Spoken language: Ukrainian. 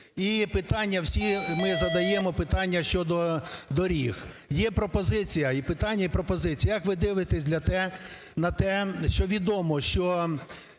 І питання, всі ми задаємо питання щодо доріг. Є пропозиція, і питання і пропозиція: як ви дивитесь на те, що відомо, що